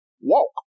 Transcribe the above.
Walk